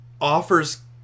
offers